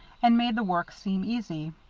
and made the work seem easy.